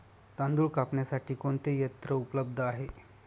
तांदूळ कापण्यासाठी कोणते यंत्र उपलब्ध आहे?